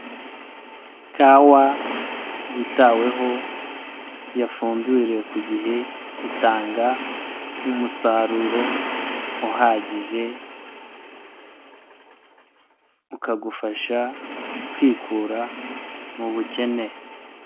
Kawa yitaweho yafumbiriwe ku gihe itanga umusaruro uhagije ukagufasha kwikura mu bukene.